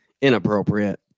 inappropriate